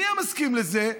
מי היה מסכים לזה?